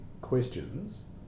questions